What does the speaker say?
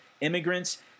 immigrants